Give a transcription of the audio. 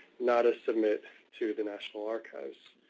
not a submit to the national archives.